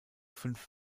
fünf